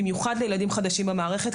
במיוחד לילדים חדשים במערכת,